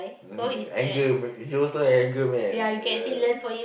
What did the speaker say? mm anger you also anger man ya